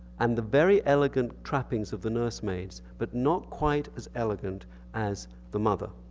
and the very elegant trappings of the nursemaids, but not quite as elegant as the mother.